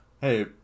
Hey